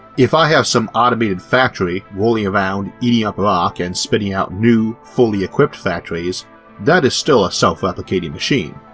if i have some automated factory rolling around eating up rock and spitting out new fully equipped factories that is still a self-replicating machine.